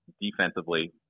defensively